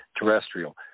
terrestrial